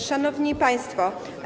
Szanowni Państwo!